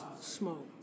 smoke